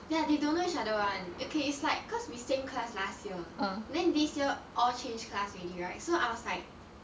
ya they don't know each other [one] okay it's like cause we same class last year then this year all change class already right so I was like